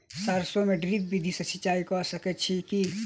सैरसो मे ड्रिप विधि सँ सिंचाई कऽ सकैत छी की?